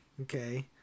Okay